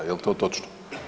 Jel to točno?